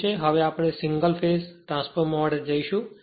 હવે આપણે single phase transformer માટે જઈશું